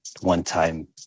one-time